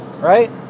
right